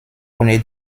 ohne